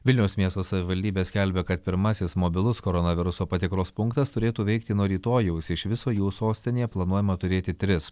vilniaus miesto savivaldybė skelbia kad pirmasis mobilus koronaviruso patikros punktas turėtų veikti nuo rytojaus iš viso jų sostinėje planuojama turėti tris